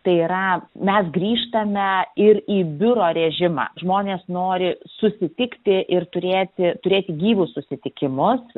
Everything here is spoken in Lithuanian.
tai yra mes grįžtame ir į biuro režimą žmonės nori susitikti ir turėti turėti gyvus susitikimus